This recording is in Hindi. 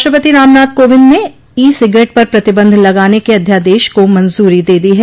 राष्ट्रपति रामनाथ कोविंद ने ई सिगरेट पर प्रतिबंध लगाने के अध्यादेश को मंजूरी दे दी है